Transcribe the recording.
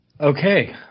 Okay